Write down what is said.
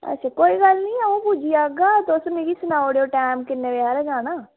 आं कोई गल्ल निं अं'ऊ पुज्जी जाह्गा ते तुस मिगी सनाई ओड़ेओ टैम किन्न बजे को